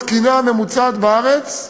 התקינה הממוצעת בארץ,